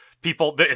people